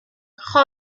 خوب